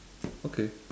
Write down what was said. okay